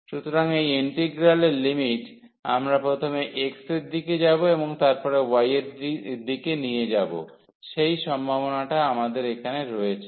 সুতরাং এই ইন্টিগ্রালের লিমিট আমরা প্রথমে x এর দিকে যাব এবং তারপরে y এর দিক নিয়ে যাব সেই সম্ভাবনাটা আমাদের এখানে রয়েছে